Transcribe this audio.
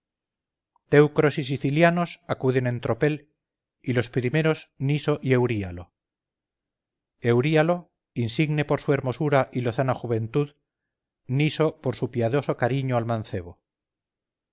y sicilianos acuden en tropel y los primeros niso y euríalo euríalo insigne por su hermosura y lozana juventud niso por su piadoso cariño al mancebo